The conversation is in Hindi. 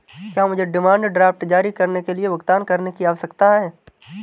क्या मुझे डिमांड ड्राफ्ट जारी करने के लिए भुगतान करने की आवश्यकता है?